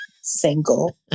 single